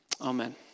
Amen